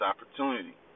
opportunity